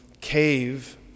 cave